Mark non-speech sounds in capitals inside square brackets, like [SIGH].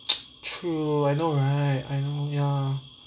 [NOISE] true I know right I know ya